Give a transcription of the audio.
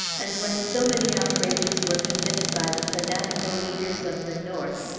and when so many outrages were committed by the fanatical leaders of the north,